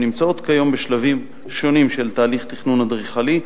שנמצאות כיום בשלבים שונים של תהליך תכנון אדריכלי,